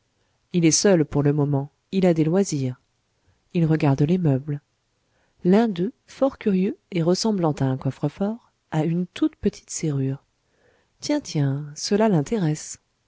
il est seul pour le moment il a des loisirs il regarde les meubles l'un d'eux fort curieux et ressemblant à un coffre-fort a une toute petite serrure tiens tiens cela l'intéresse